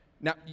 Now